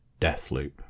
Deathloop